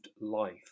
life